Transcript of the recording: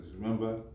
Remember